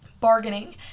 bargaining